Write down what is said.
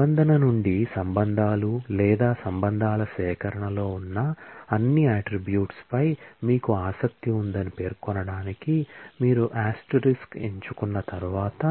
నిబంధన నుండి రిలేషన్ లు లేదా రిలేషన్ ల సేకరణలో ఉన్న అన్ని అట్ట్రిబ్యూట్స్ పై మీకు ఆసక్తి ఉందని పేర్కొనడానికి మీరు ఆస్టరిస్క్ యొక్క